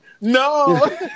no